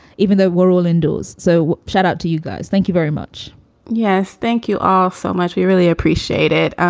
even though we're all endo's. so shout out to you guys. thank you very much yes. thank you all so much. we really appreciate it.